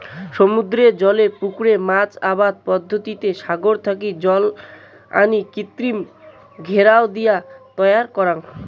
সমুদ্রের জলের পুকুরে মাছ আবাদ পদ্ধতিত সাগর থাকি জল আনি কৃত্রিম ঘেরাও দিয়া তৈয়ার করাং